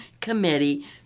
Committee